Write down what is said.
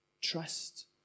Trust